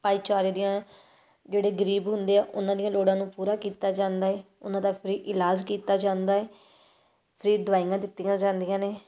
ਭਾਈਚਾਰੇ ਦੀਆਂ ਜਿਹੜੇ ਗਰੀਬ ਹੁੰਦੇ ਆ ਉਹਨਾਂ ਦੀਆਂ ਲੋੜਾਂ ਨੂੰ ਪੂਰਾ ਕੀਤਾ ਜਾਂਦਾ ਹੈ ਉਹਨਾਂ ਦਾ ਫ੍ਰੀ ਇਲਾਜ ਕੀਤਾ ਜਾਂਦਾ ਹੈ ਫ੍ਰੀ ਦਵਾਈਆਂ ਦਿੱਤੀਆਂ ਜਾਂਦੀਆਂ ਨੇ